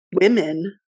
women